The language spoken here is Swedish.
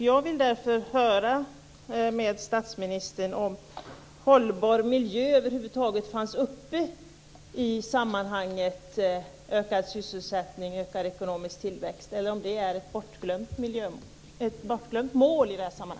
Jag vill därför höra med statsministern om hållbar miljö över huvud taget var uppe i sammanhanget ökad sysselsättning och ökad ekonomisk tillväxt, eller om det är ett bortglömt mål.